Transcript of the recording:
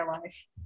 life